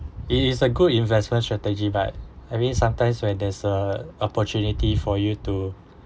it is a good investment strategy but I mean sometimes when there's a opportunity for you to